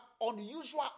unusual